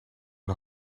een